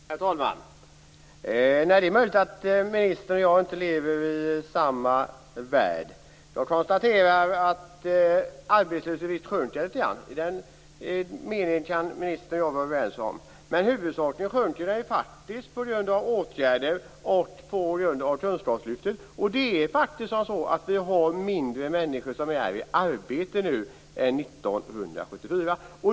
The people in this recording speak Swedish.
Herr talman! Det är möjligt att ministern och jag inte lever i samma värld. Jag konstaterar att arbetslösheten visst sjunker litet grand. I den meningen kan ministern och jag vara överens. Men den sjunker huvudsakligen faktiskt på grund av åtgärder och på grund av kunskapslyftet. Vi har faktiskt färre människor i arbete nu än 1974.